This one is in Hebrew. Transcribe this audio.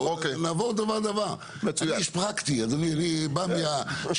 אדוני, בבקשה.